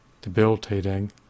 debilitating